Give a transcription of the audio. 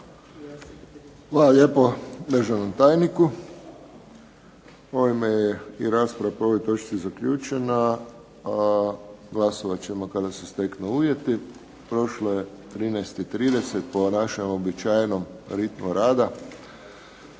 Hvala lijepo državnom tajniku. Ovime je i rasprava po ovoj točci zaključena. Glasovat ćemo kada se steknu uvjeti. Prošlo je 13,30 po našem uobičajenom ritmu rada,